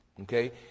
Okay